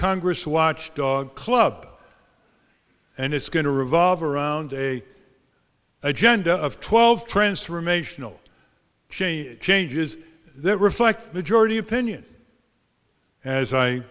congress watchdog club and it's going to revolve around a agenda of twelve transformational change changes that reflect majority opinion as i